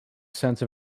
sense